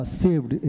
saved